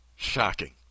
Shocking